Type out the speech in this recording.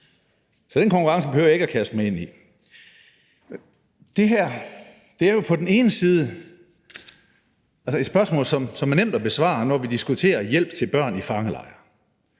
Så den konkurrence behøver jeg ikke at kaste mig ind i. Det her er jo et spørgsmål, som er nemt at besvare, når vi diskuterer hjælp til børn i fangelejre.